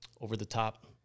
over-the-top